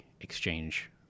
exchange